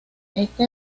este